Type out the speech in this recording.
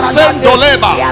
Sendoleba